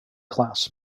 class